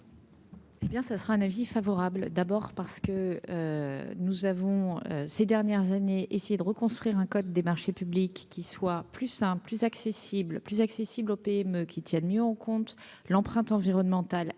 Hé bien, ce sera un avis favorable, d'abord parce que nous avons ces dernières années. Qui est de reconstruire un code des marchés publics qui soit plus plus accessible, plus accessible aux PME qui tienne mieux en compte l'empreinte environnementale et